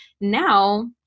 now